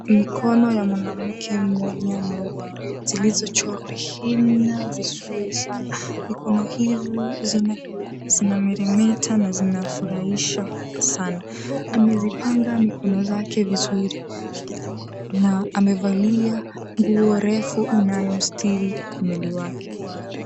Mikono ya mwanamke mmoja mweupe zilizochorwa shina vizuri sana. Mikono hizi zinameremeta na zinafurahisha sana, amezipanga mikono zake vizuri na amevalia nguo refu inayositiri mwili wake.